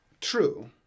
True